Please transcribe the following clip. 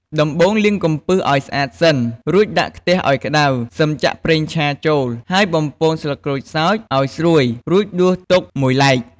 ដំបូងលាងកំពឹសឱ្យស្អាតសិន រួចដាក់ខ្ទះឱ្យក្តៅ សិមចាក់ប្រេងឆាចូល ហើយបំពងស្លឹកក្រូចសើចឱ្យស្រួយរួចដួសទុកមួយឡែក។